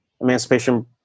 Emancipation